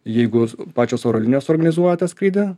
jeigu pačios oro linijos organizuoja tą skrydį